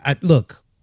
look